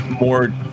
more